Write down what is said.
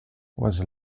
was